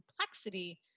complexity